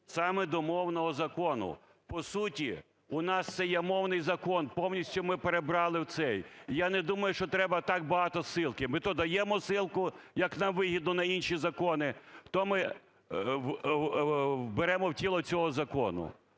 саме до мовного закону. По суті у нас це є мовний закон. Повністю ми перебрали в цей. І я не думаю, що треба так багато ссылки, ми то даємо ссылку, як нам вигідно, на інші закони, то ми беремо в тіло цього закону.